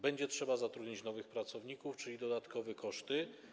Będzie trzeba zatrudnić nowych pracowników, czyli ponieść dodatkowe koszty.